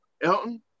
Elton